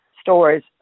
stores